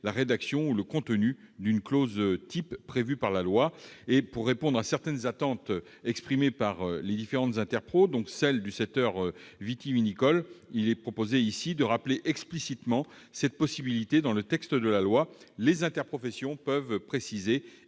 la rédaction ou le contenu d'une clause type prévue par la loi. Pour répondre à certaines attentes exprimées par les différentes interprofessions, dont celle du secteur vitivinicole, il est proposé de rappeler explicitement cette possibilité dans le texte de la loi, en y indiquant que les interprofessions peuvent préciser